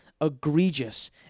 egregious